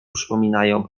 przypominają